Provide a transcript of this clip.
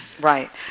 Right